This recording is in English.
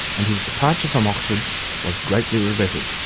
and his departure from oxford was greatly regretted.